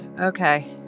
okay